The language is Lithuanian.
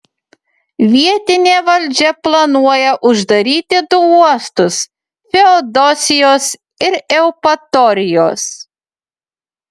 vietinė valdžia planuoja uždaryti du uostus feodosijos ir eupatorijos